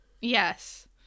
Yes